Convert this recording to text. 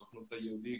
הסוכנות היהודית,